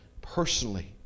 personally